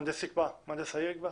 מהנדס העיר יקבע?